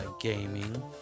gaming